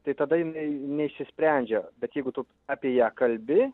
tai tada jinai neišsisprendžia bet jeigu tu apie ją kalbi